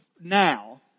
now